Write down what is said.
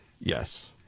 Yes